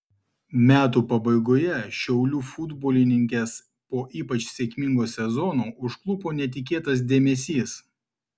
metų pabaigoje šiaulių futbolininkes po ypač sėkmingo sezono užklupo netikėtas dėmesys